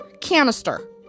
canister